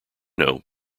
know